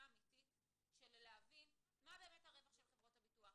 אמיתית של להבין מה באמת הרווח של חברות הביטוח.